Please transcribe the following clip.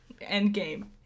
Endgame